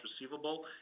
receivable